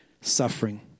suffering